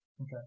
Okay